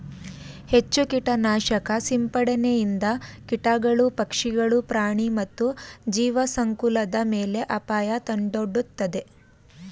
ಹೆಚ್ಚು ಕೀಟನಾಶಕ ಸಿಂಪಡಣೆಯಿಂದ ಕೀಟಗಳು, ಪಕ್ಷಿಗಳು, ಪ್ರಾಣಿ ಮತ್ತು ಜೀವಸಂಕುಲದ ಮೇಲೆ ಅಪಾಯ ತಂದೊಡ್ಡುತ್ತದೆ